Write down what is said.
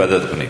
ועדת הפנים.